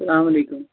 اسلامُ علیکُم